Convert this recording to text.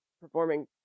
performing